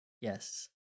Yes